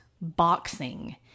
boxing